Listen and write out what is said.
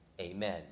Amen